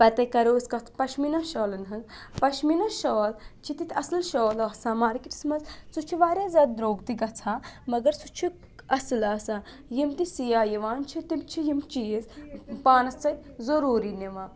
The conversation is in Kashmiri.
پَتَے کَرو أسۍ کَتھ پَشمیٖنَہ شالَن ہٕنٛز پَشمیٖنَہ شال چھِ تِتھ اَصٕل شال آسان مارکٮ۪ٹَس منٛز سُہ چھُ واریاہ زیادٕ درٛوگ تہِ گژھان مگر سُہ چھُ اَصٕل آسان یِم تہِ سیاح یِوان چھِ تِم چھِ یِم چیٖز پانَس سۭتۍ ضٔروٗری نِوان